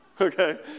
Okay